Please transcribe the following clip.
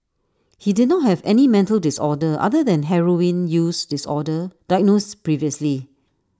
he did not have any mental disorder other than heroin use disorder diagnosed previously